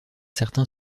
certain